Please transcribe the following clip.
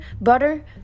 butter